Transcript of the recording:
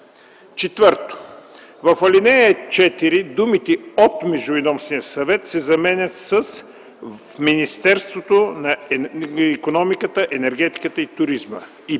и 12”. 4. В ал. 4 думите „от Междуведомствения съвет” се заменят с „в Министерството на икономиката, енергетиката и туризма”.